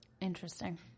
Interesting